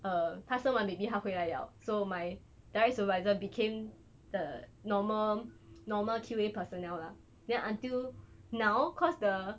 uh 她生完 baby 她回来了 so my direct supervisor became the normal normal key way personnel lah then until now cause the